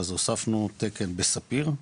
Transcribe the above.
אז הוספנו תקן בספיר,